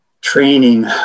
training